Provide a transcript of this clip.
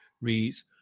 reads